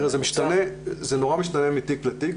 זה משתנה מתיק לתיק.